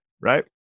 right